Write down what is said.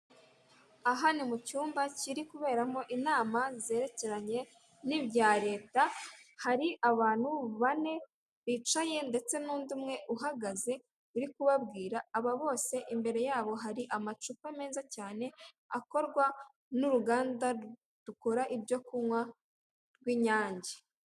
Aha ni mu cyumba kiri kuberamo inama zerekeranye n'ibya Leta, hari abantu bane bicaye ndetse n'undi umwe uhagaze uri kubabwira, aba bose imbere yabo hari amacupa meza cyane akorwa n'uruganda rukora ibyo kunywa rw'Inyange.